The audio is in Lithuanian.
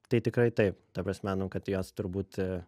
tai tikrai taip ta prasme nu kad jos turbūt